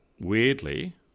weirdly